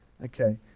Okay